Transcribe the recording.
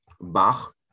Bach